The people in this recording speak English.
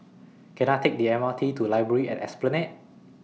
Can I Take The M R T to Library At Esplanade